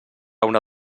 una